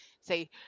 say